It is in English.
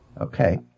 Okay